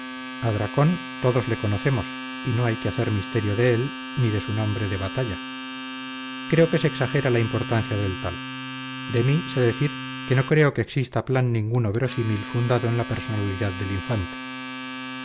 dracón todos le conocemos y no hay que hacer misterio de él ni de su nombre de batalla creo que se exagera la importancia del tal de mí sé decir que no creo que exista plan ninguno verosímil fundado en la personalidad del infante